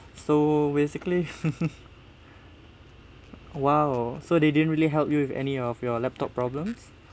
so basically !wow! so they didn't really help you with any of your laptop problems